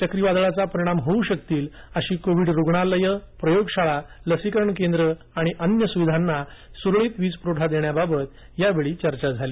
चक्रीवादळाचा परिणाम होऊ शकतील अशी कोविड रुग्णालय प्रयोगशाळा लसीकरण केंद्र आणि अन्य सुविधांना सुरळीत वीज पुरवठा देण्याबाबत यावेळी चर्चा झाली